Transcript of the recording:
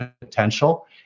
potential